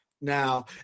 now